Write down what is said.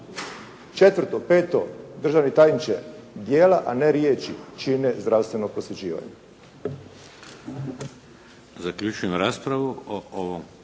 Četvrto, peto državni tajniče, djela a ne riječi čine zdravstveno prosvjećivanje.